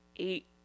Eight